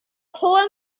poem